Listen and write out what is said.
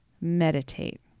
meditate